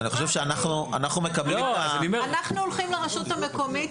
אנחנו הולכים לרשות המקומית,